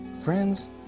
Friends